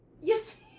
Yes